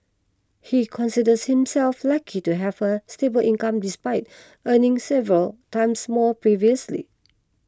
he considers himself lucky to have a stable income despite earning several times more previously